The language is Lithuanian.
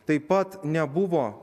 taip pat nebuvo